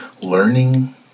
learning